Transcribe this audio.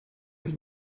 mich